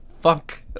fuck